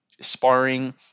sparring